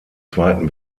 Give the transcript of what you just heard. zweiten